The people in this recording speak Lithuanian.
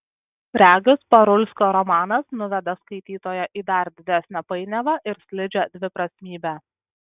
regis parulskio romanas nuveda skaitytoją į dar didesnę painiavą ir slidžią dviprasmybę